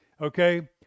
okay